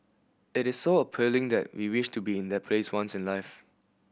it is so appealing that we wish to be in that place once in life